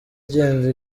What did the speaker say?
igenda